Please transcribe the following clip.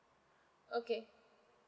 okay